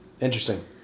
Interesting